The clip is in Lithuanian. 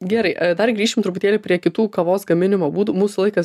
gerai dar grįšim truputėlį prie kitų kavos gaminimo būdų mūsų laikas